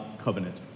covenant